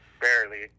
Barely